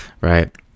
right